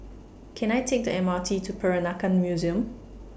Can I Take The M R T to Peranakan Museum